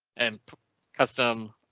and custom.